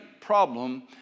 problem